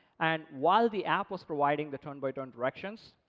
and while the app was providing the turn by turn directions,